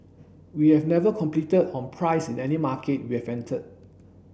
we have never competed on price in any market we have entered